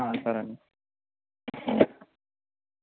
ఆ సరే అండి